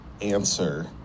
answer